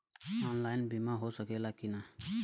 Online बीमा हो सकेला की ना?